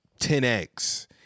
10x